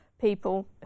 people